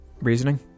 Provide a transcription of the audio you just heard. Reasoning